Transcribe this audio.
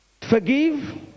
Forgive